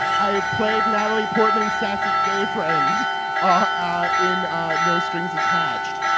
i played natalie portman's sassy gay friend ah in ah no strings attached.